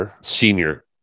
senior